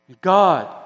God